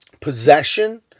possession